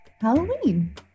Halloween